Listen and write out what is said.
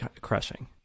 crushing